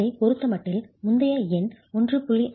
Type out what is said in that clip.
அதைப் பொறுத்தமட்டில் முந்தைய எண் 1